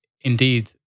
indeed